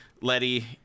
Letty